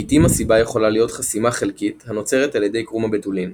לעיתים הסיבה יכולה להיות חסימה חלקית הנוצרת על ידי קרום הבתולין.